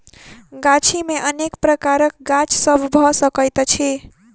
गाछी मे अनेक प्रकारक गाछ सभ भ सकैत अछि